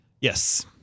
Yes